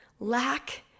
lack